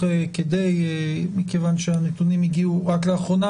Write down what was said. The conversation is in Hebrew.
כדי מכיוון שהנתונים הגיעו רק לאחרונה